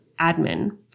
admin